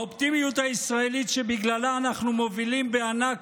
האופטימיות הישראלית שבגללה אנחנו מובילים בענק